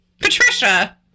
Patricia